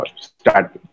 start